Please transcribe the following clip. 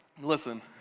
listen